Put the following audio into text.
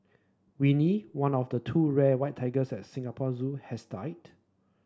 Winnie one of the two rare white tigers at Singapore Zoo has died